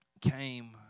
Came